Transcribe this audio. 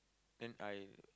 then I